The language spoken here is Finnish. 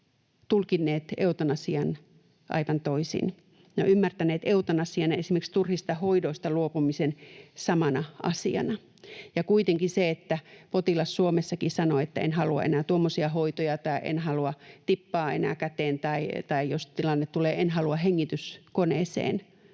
tulkinneet eutanasian aivan toisin ja ymmärtäneet eutanasian ja esimerkiksi turhista hoidoista luopumisen samana asiana. Kuitenkin silloin, kun potilas Suomessakin sanoo, että en halua enää tuommoisia hoitoja tai en halua tippaa enää käteen tai jos tilanne tulee, en halua hengityskoneeseen,